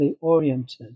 oriented